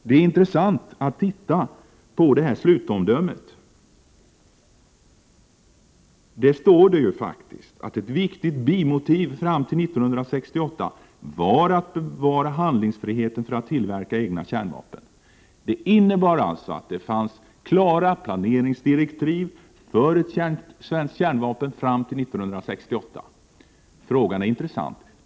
Det är intressant att studera slutomdömet i den utredning som genomfördes på försvarsdepartementet. Där står att ett viktigt bimotiv fram till 1968 var att bevara handlingsfriheten att tillverka egna kärnvapen. Det innebar alltså att det fanns klara planeringsdirektiv för svenska kärnvapen fram till 1968. Frågan är intressant.